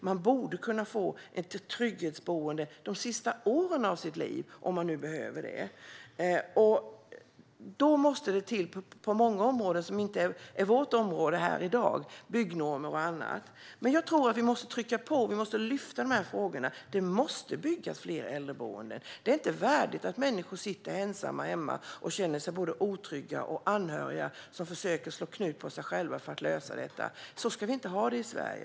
Man borde kunna få ett trygghetsboende de sista åren av sitt liv om man behöver det. Det måste då sättas in saker på många områden, förutom vårt. Det kan gälla byggnormer och annat. Jag tror att vi måste trycka på och lyfta fram dessa frågor. Det måste byggas fler äldreboenden. Det är inte värdigt att människor sitter ensamma hemma och känner sig otrygga och har anhöriga som försöker slå knut på sig själva för att lösa allt. Så ska vi inte ha det i Sverige.